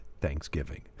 Thanksgiving